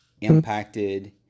impacted